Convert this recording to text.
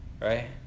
right